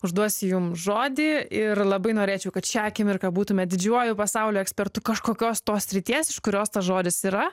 užduosiu jum žodį ir labai norėčiau kad šią akimirką būtumėt didžiuoju pasaulio ekspertų kažkokios tos srities iš kurios tas žodis yra